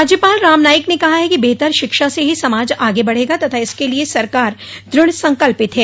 राज्यपाल राम नाईक ने कहा है कि बेहतर शिक्षा से ही समाज आगे बढ़ेगा तथा इसके लिए सरकार द्रढ़ संकल्पित है